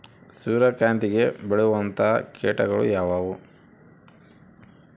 ಸೂರ್ಯಕಾಂತಿಗೆ ಬೇಳುವಂತಹ ಕೇಟಗಳು ಯಾವ್ಯಾವು?